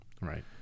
Right